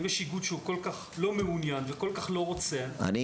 אם יש איגוד שכל כך לא מעוניין וכל כך לא רוצה -- אני